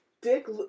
dick